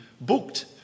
booked